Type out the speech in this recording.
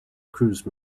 cruise